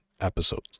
episodes